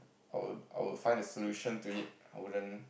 I'll I'll find a solution to it I wouldn't